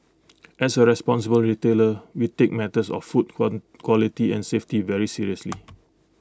as A responsible retailer we take matters of food quality and safety very seriously